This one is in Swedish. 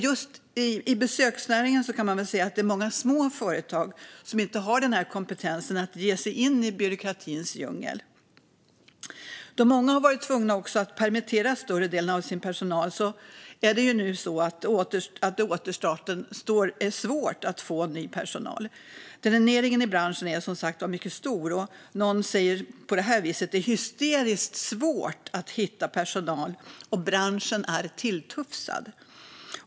Just i besöksnäringen finns många små företag som inte har kompetensen att ge sig in i byråkratins djungel. Många har varit tvungna att permittera större delen av sin personal, och i återstarten är det nu svårt att få ny personal. Dräneringen i branschen är mycket stor. Någon säger så här: Det är hysteriskt svårt att hitta personal, och branschen är tilltufsad.